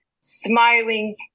smiling